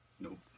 Nope